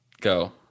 Go